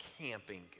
camping